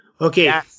Okay